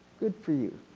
good for you.